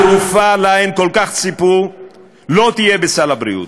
התרופה שלה הן כל כך ציפו לא תהיה בסל הבריאות,